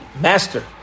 master